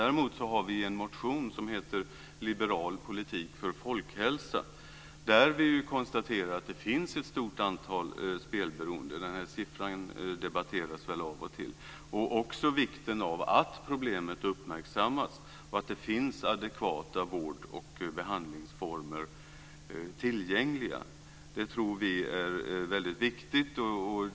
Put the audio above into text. Däremot har vi en motion som heter Liberal politik för folkhälsa, där vi konstaterar att det finns ett stort antal spelberoende människor. Siffran debatteras väl av och till. Vi talar också om vikten av att problemet uppmärksammas och av att det finns adekvata vård och behandlingsformer tillgängliga. Det tror vi är viktigt.